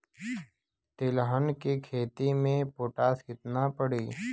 तिलहन के खेती मे पोटास कितना पड़ी?